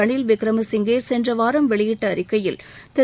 ரனில் விக்மசிங்கே சென்ற வாரம் வெளியிட்ட அறிக்கையில் திரு